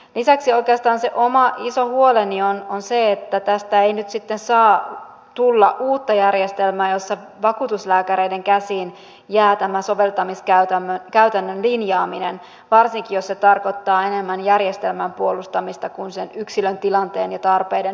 lisäksi oikeastaan se oma iso huoleni on se että tästä ei nyt sitten saa tulla uutta järjestelmää jossa vakuutuslääkäreiden käsiin jää tämä soveltamiskäytännön linjaaminen varsinkin jos se tarkoittaa enemmän järjestelmän puolustamista kuin sen yksilön tilanteen ja tarpeiden todellisuutta